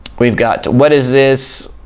we've got what is this